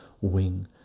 wing